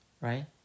right